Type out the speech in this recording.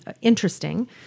interesting